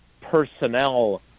personnel